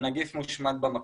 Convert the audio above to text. הנגיף מושמד במקום.